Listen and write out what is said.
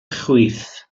chwith